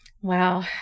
Wow